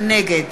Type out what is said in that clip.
נגד